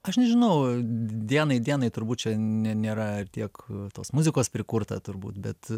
aš nežinau dienai dienai turbūt čia nėra tiek tos muzikos prikurta turbūt bet